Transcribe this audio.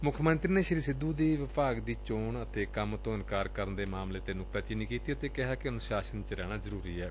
ਮੱਖ ਮੰਤਰੀ ਨੇ ਸ੍ਰੀ ਸਿੱਧੁ ਦੀ ਵਿਭਾਗ ਦੀ ਚੋਣ ਅਤੇ ਕੰਮ ਤੋਂ ਇਨਕਾਰ ਕਰਨ ਦੇ ਮਾਮਲੇ ਤੇ ਨੁਕਤਾਚੀਨੀ ਕੀਤੀ ਅਤੇ ਕਿਹਾ ਕਿ ਅਨੁਸ਼ਾਸਨ ਚ ਰਹਿਣਾ ਜ਼ਰੂਰੀ ਏ